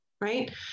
right